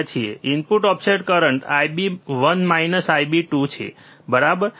input offset current IB1 IB2 છે બરાબર